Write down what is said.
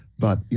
but, you